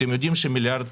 אתם יודעים שמיליארד